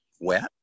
wet